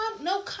no